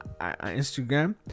Instagram